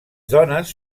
dones